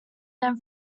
them